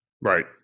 Right